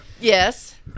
Yes